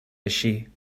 així